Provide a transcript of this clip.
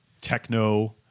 techno